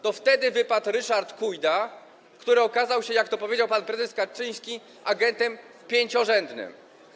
To wtedy wypadł „Ryszard” Kujda, który okazał się, jak to powiedział pan prezes Kaczyński, agentem pięciorzędnym.